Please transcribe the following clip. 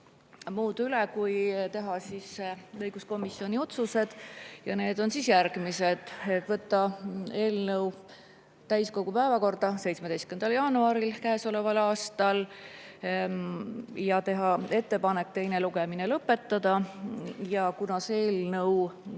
muud, kui teha õiguskomisjoni otsused. Need on järgmised: võtta eelnõu täiskogu päevakorda 17. jaanuaril käesoleval aastal ja teha ettepanek teine lugemine lõpetada. Kuna seda eelnõu